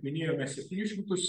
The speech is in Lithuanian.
minėjome septynis šimtus